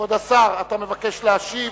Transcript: כבוד השר, אתה מבקש להשיב?